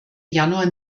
januar